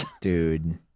Dude